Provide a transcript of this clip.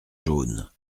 jaunes